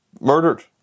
murdered